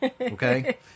Okay